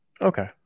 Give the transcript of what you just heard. Okay